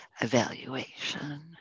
evaluation